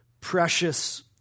precious